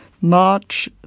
March